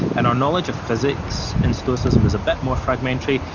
and our knowledge of physics in stoicism is a bit more fragmentary.